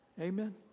Amen